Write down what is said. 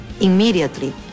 immediately